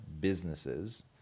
businesses